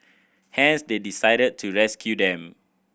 hence they decided to rescue them